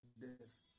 death